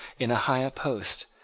in a higher post,